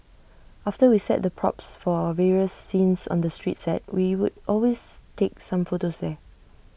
after we set the props for various scenes on the street set we would always take some photos there